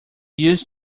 used